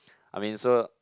I mean so